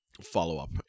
follow-up